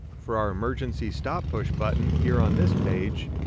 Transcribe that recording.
for our emergency stop pushbutton here on this page,